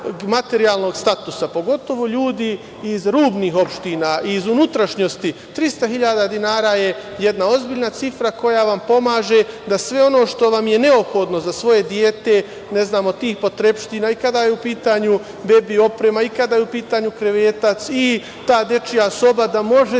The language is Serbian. pogotovo ljudi iz rubnih opština, iz unutrašnjosti, 300 hiljada dinara je jedna ozbiljna cifra koja vam pomaže da sve ono što vam je neophodno za svoje dete, ne zna, od tih potrepština i kada je u pitanju bebi oprema i kada je u pitanju krevetac i ta dečija soba, da možete da